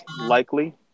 likely